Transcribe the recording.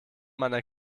meiner